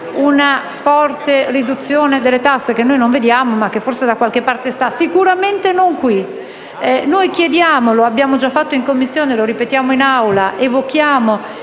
di forte riduzione delle tasse, che noi non vediamo ma che forse da qualche parte sta. Sicuramente non qui. Noi chiediamo - lo abbiamo già fatto in Commissione e lo ripetiamo in Aula, evocando